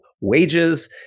wages